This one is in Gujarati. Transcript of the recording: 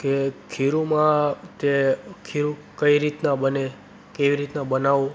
કે ખીરુંમાં તે ખીરું કઈ રીતના બને કેવી રીતના બનાવવું